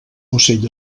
ocell